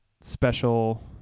special